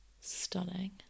Stunning